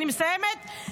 אני מסיימת,